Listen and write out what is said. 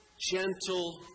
gentle